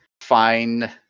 find